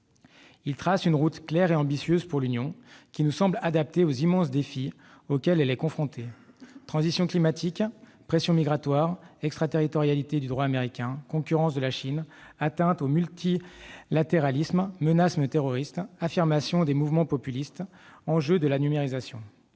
Il trace une route claire et ambitieuse pour l'Union, qui nous semble adaptée aux immenses défis auxquels celle-ci est confrontée : transition climatique, pression migratoire, extraterritorialité du droit américain, concurrence de la Chine, atteintes au multilatéralisme, menace terroriste, affirmation des mouvements populistes, enjeux de la numérisation.